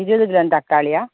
ഇരുവത് ഗ്രാം തക്കാളിയാ